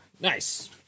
Nice